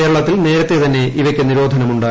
കേരളത്തിൽ നേരത്തെ തന്നെ ഇവയ്ക്ക് നിരോധന്റ് ഉണ്ട്